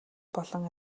болон